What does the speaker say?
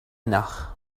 nach